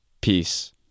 Peace